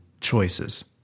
choices